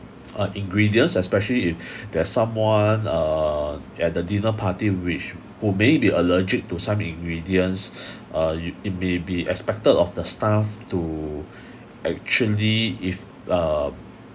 uh ingredients especially if there's someone uh at the dinner party which who may be allergic to some ingredients uh it may be expected of the staff to actually if uh